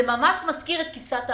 פה צריך להיות